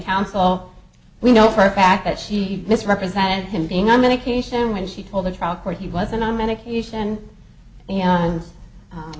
council we know for a fact that she misrepresented him being on medication when she told the trial court he wasn't on medication and